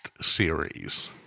series